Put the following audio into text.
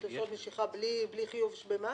--- משיכה בלי חיוב במס